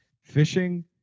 fishing